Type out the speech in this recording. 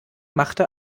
machte